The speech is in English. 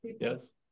yes